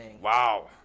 wow